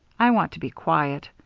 i want to be quiet.